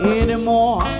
anymore